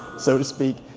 so to speak,